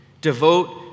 devote